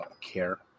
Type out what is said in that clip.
care